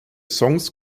songs